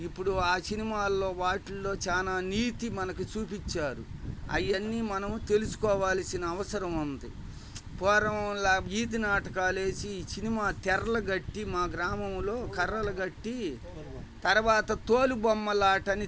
ఇప్పుడు ఆ సినిమాల్లో వాటిల్లో చాలా నీతి మనకి చూపించారు అవన్నీ మనం తెలుసుకోవలసిన అవసరం ఉంది పూర్వంలా వీధి నాటకాలు వేసి సినిమా తెరలు కట్టి మా గ్రామంలో కర్రలు కట్టీ తర్వాత తోలుబొమ్మలాటని